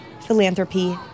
philanthropy